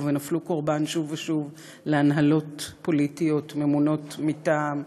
ונפלו קורבן שוב ושוב להנהלות פוליטיות ממונות מטעם,